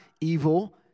evil